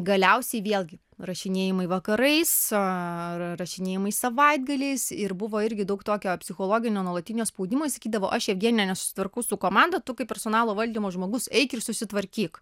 galiausiai vėlgi rašinėjimai vakarais rašinėjimai savaitgaliais ir buvo irgi daug tokio psichologinio nuolatinio spaudimo sakydavo aš jevgenija nesusitvarkau su komanda tu kaip personalo valdymo žmogus eik ir susitvarkyk